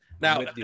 Now